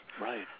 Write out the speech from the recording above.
Right